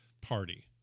party